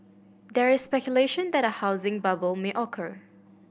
there is speculation that a housing bubble may occur